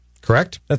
Correct